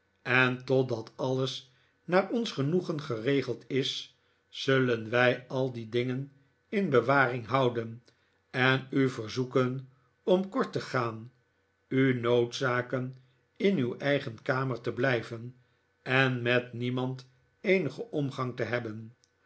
en totdat alles naar ons genoegen geregeld is zullen wij al die dingen in bewaring houden en u verzoeken om kort te gaan u noodzaken in uw eigen kamer te blijven en met niemand eenigen omgang te hebben